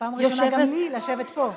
פעם ראשונה לי לשבת פה.